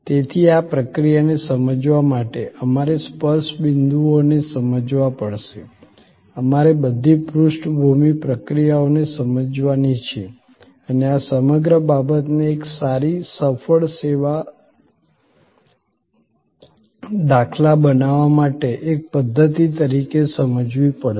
તેથી આ પ્રક્રિયાને સમજવા માટે અમારે સ્પર્શ બિંદુઓને સમજવા પડશે અમારે બધી પૃષ્ઠભૂમિ પ્રક્રિયાઓને સમજવાની છે અને આ સમગ્ર બાબતને એક સારી સફળ સેવા દાખલા બનાવવા માટે એક પદ્ધતિ તરીકે સમજવી પડશે